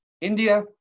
India